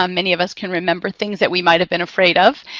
um many of us can remember things that we might have been afraid of.